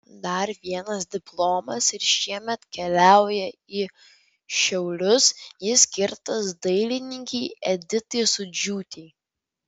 dar vienas diplomas ir šiemet keliauja į šiaulius jis skirtas dailininkei editai sūdžiūtei